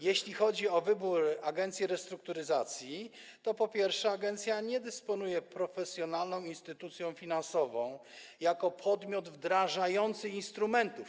Jeśli chodzi o wybór agencji restrukturyzacji, to przede wszystkim agencja nie dysponuje profesjonalną instytucją finansową jako podmiot wdrażający instrumenty.